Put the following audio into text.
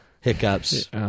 hiccups